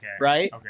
right